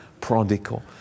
prodigal